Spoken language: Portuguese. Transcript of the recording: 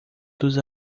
dos